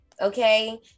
Okay